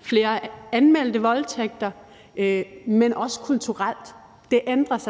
flere anmeldte voldtægter, men også kulturelt.